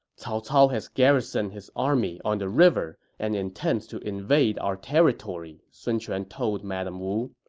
cao cao has garrisoned his army on the river and intends to invade our territory, sun quan told madame wu.